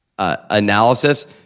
Analysis